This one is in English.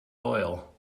loyal